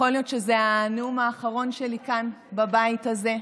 יכול להיות שזה הנאום האחרון שלי כאן בבית הזה,